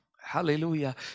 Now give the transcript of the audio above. Hallelujah